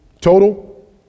Total